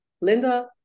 Linda